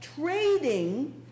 trading